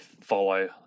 follow